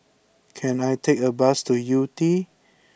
can I take a bus to Yew Tee